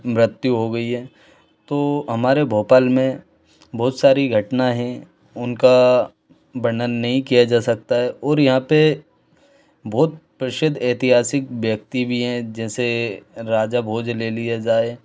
मृत्यु हो गयी है तो हमारे भोपाल मे बहुत सारी घटनाएँ है उनका वर्णन नहीं किया जा सकता है और यहाँ पे बहुत प्रसिद्ध ऐतिहासिक व्यक्ति भी है जैसे राजा भोज ले लिया जाए